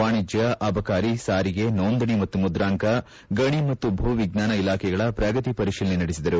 ವಾಣಿಜ್ಯ ಅಬಕಾರಿ ಸಾರಿಗೆ ನೋಂದಣಿ ಮತ್ತು ಮುದ್ರಾಂಕ ಗಣಿ ಮತ್ತು ಭೂ ವಿಜ್ವಾನ ಇಲಾಖೆಗಳ ಪ್ರಗತಿ ಪರಿಶೀಲನೆ ನಡೆಸಿದರು